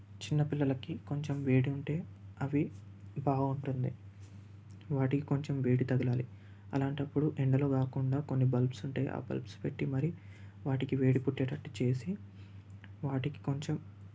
చిన్నపిల్లలకి కొంచెం వేడి ఉంటే అవి బాగుంటుంది వాటికి కొంచెం వేడి తగలాలి అలాంటప్పుడు ఎండలో కాకుండా కొన్ని బల్బ్స్ ఉంటే ఆ బల్బ్స్ పెట్టి మరి వాటికి వేడి పుట్టేటట్టు చేసి వాటికి కొంచెం